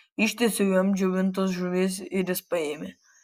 ištiesiau jam džiovintos žuvies ir jis paėmė